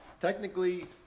technically